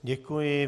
Děkuji.